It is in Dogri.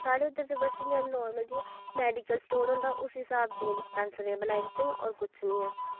साढ़े इध्दर दे नार्मल बस इयां मैडिकल स्टोर होंदा इस हिसाब दियां डिस्पैंसरियां दित्ती दियां और कुछ नी ऐ